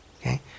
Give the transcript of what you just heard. okay